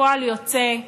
וכפועל יוצא,